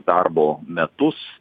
darbo metus